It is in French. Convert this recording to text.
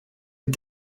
est